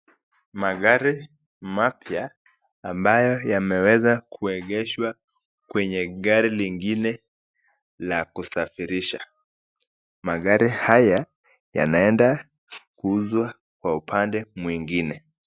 Magari mapya ambayo yameweza kuegeshwa kwenye gari lingine la kusafirisha. Magari haya yanaenda kuuzwa kwa upande mwingine.